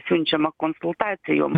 siunčiama konsultacijom